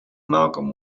malcolm